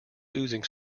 oozing